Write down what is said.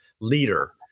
leader